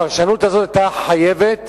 הפרשנות הזאת היתה חייבת